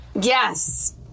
Yes